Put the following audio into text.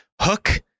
hook